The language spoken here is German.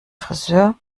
frisör